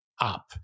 up